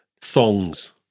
Thongs